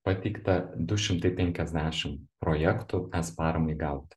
pateikta du šimtai penkiasdešim projektų es paramai gauti